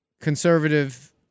conservative